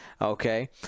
Okay